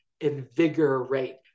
invigorate